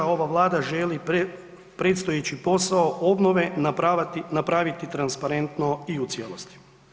Ova Vlada želi predstojeći posao obnove napraviti transparentno i u cijelosti.